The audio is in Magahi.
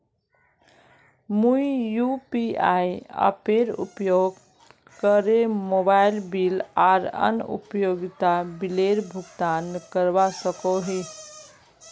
मुई यू.पी.आई एपेर उपयोग करे मोबाइल बिल आर अन्य उपयोगिता बिलेर भुगतान करवा सको ही